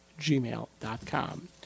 gmail.com